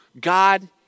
God